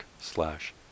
slash